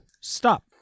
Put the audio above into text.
Stop